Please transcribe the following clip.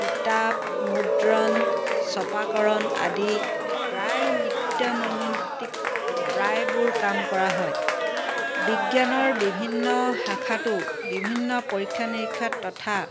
কিতাপ মুদ্ৰণ ছপাকৰণ আদি প্ৰায় নিত্য নৈমিত্তিক প্ৰায়বোৰ কাম কৰা হয় বিজ্ঞানৰ বিভিন্ন শাখাতো বিভিন্ন পৰীক্ষা নিৰীক্ষা তথা